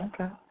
Okay